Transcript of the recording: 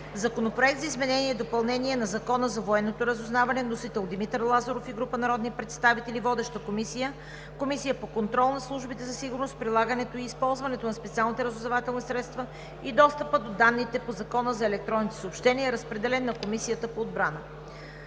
Законопроект за изменение и допълнение на Закона за военното разузнаване. Вносители – Димитър Лазаров и група народни представители. Водеща е Комисията по контрол на службите за сигурност, прилагането и използването на специалните разузнавателни средства и достъпа до данните до Закона за електронните съобщения. Разпределен е на Комисията по отбрана.